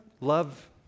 love